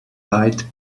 light